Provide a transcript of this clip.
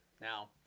Now